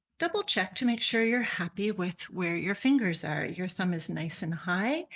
double check to make sure you're happy with where your fingers are. your thumb is nice and high.